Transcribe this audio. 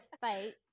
fight